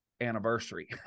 anniversary